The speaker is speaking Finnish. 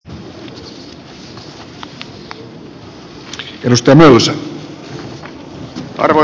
arvoisa puhemies